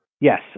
Yes